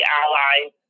allies